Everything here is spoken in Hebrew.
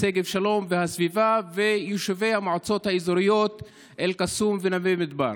שגב שלום והסביבה ויישובי המועצות האזוריות אל-קסום ונווה מדבר.